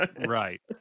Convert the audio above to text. Right